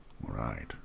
Right